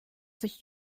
sich